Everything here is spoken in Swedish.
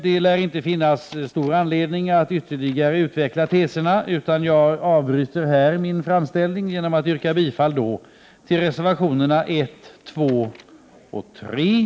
Det lär inte finnas stor anledning att ytterligare utveckla teserna, utan jag avbryter min framställning med att yrka bifall till reservationerna 1, 2, 3 och 7.